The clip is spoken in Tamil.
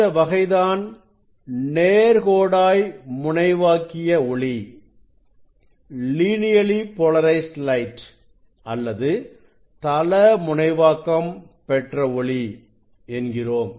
இந்த வகைதான் நேர்கோடாய்முனைவாக்கிய ஒளி அல்லது தள முனைவாக்கம் பெற்ற ஒளி என்கிறோம்